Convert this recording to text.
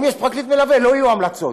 אם יש פרקליט מלווה לא יהיו המלצות.